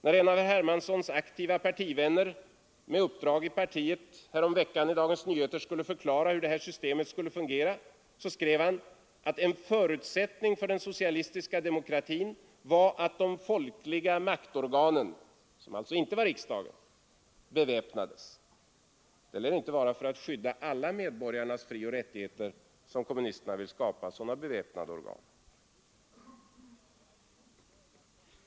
När en av herr Hermanssons aktiva partivänner, med uppdrag i partiet, häromveckan i Dagens Nyheter skulle förklara hur det systemet skulle fungera, skrev han att en förutsättning för den socialistiska demokratin var att de folkliga maktorganen — som alltså inte var riksdagen — beväpnades. Det lär inte vara för att skydda alla medborgarnas frioch rättigheter som kommunisterna vill skapa sådana beväpnade organ.